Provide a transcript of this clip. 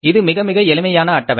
இது மிக மிக எளிமையான அட்டவணை